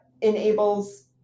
enables